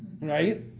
Right